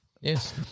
Yes